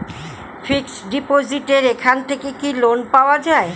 Fix ডিপোজিটের এখান থেকে কি লোন পাওয়া যায়?